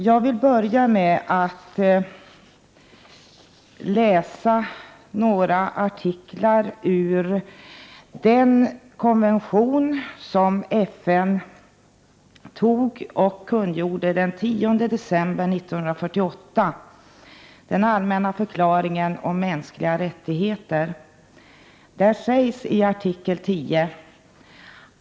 Jag vill börja med att läsa några artiklar i den konvention som FN antog och kungjorde den 10 december 1948, den allmänna förklaringen om mänskliga rättigheter: ”Artikel 10.